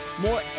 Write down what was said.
more